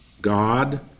God